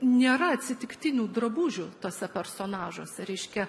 nėra atsitiktinių drabužių tuose personažuose reiškia